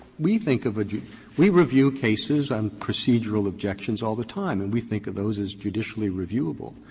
we think of a we review cases on procedural objections all the time and we think of those as judicially reviewable.